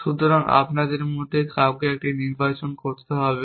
সুতরাং আপনাদের মধ্যে কাউকে একটি নির্বাচন করতে হবে